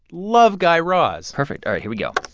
love guy raz perfect. all right, here we go.